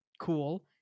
cool